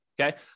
Okay